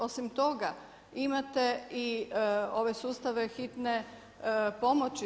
Osim toga imate i ove sustave hitne pomoći.